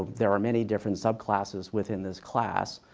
there are many different subclasses within this class.